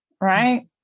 right